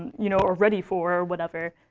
you know or ready for, or whatever.